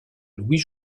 louis